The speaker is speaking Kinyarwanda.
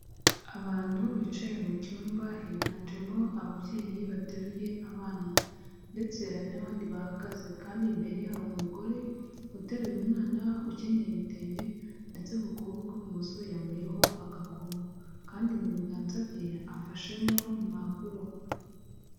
Abantu bicaye mu cyumba higanjemo ababyeyi bateruye abana ndetse hari n'abandi bahagaze kandi imbere hari umugore uteruye umwana, ukenyeye ibitenge ndetse ku kuboko kw'imoso yambayeho agakomo kandi mu biganza bye afashemo impapuro.